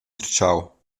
tertgau